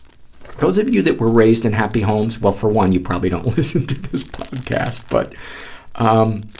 those of you that were raised in happy homes, well, for one, you probably don't listen to this podcast, but um